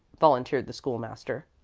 volunteered the school-master.